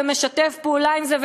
ומשתף פעולה עם זה,